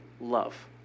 love